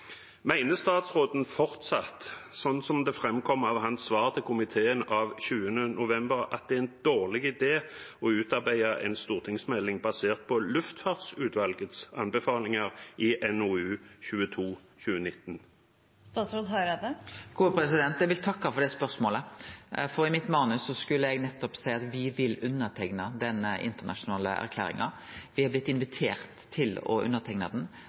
statsråden fortsatt, slik det framkom av hans svar til komiteen av 27. november, at det er en dårlig idé å utarbeide en stortingsmelding basert på luftfartsutvalgets anbefalinger i NOU 2019: 22? Eg vil takke for det spørsmålet, for i manuset mitt skulle eg seie at me vil underteikne den internasjonale erklæringa. Me har blitt invitert til å underteikna den.